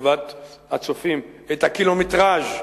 לטובת הצופים, את הקילומטרז'